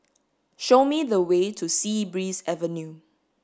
show me the way to Sea Breeze Avenue